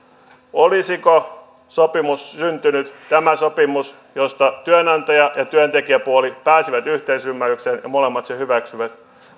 olisiko syntynyt tätä sopimusta josta työnantaja ja työntekijäpuoli pääsivät yhteisymmärrykseen ja jonka molemmat hyväksyivät